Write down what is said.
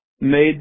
made